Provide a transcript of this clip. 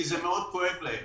כי זה מאוד כואב להם.